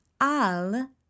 al